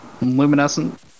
luminescent